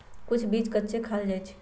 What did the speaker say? कुछ बीज कच्चे खाल जा हई